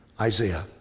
Isaiah